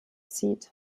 zieht